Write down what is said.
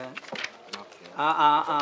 אני נמצא בוועדה,